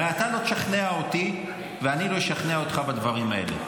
הרי אתה לא תשכנע אותי ואני לא אשכנע אותך בדברים האלה.